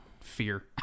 fear